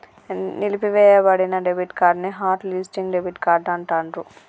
నిలిపివేయబడిన debit card ని hot listing debit card అంటాండ్రు